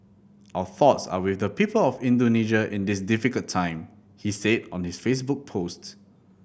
our thoughts are with the people of Indonesia in this difficult time he said on his Facebook post